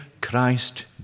Christ